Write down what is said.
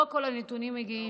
לא כל הנתונים מגיעים.